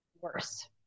worse